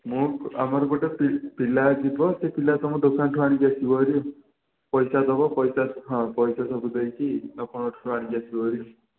ମୁଁ ଆମର ଗୋଟେ ପି ପିଲା ଯିବ ସେ ପିଲା ତୁମ ଦୋକାନଠୁ ଆଣିକି ଆସିବ ଭାରି ଆଉ ପଇସା ଦେବ ପଇସା ହଁ ପଇସା ସବୁ ଦେଇକି ଆପଣଙ୍କ ଠାରୁ ଆଣିକି ଆସିବ ଭାରି ଆଉ